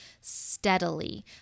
steadily